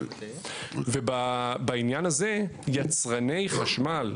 ובעניין הזה יצרני חשמל,